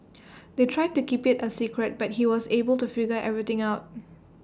they tried to keep IT A secret but he was able to figure everything out